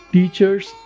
Teachers